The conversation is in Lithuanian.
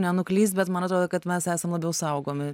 nenuklyst bet man atrodo kad mes esam labiau saugomi